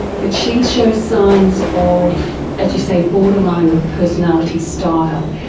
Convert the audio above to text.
but she shows signs of, as you say, borderline personality style.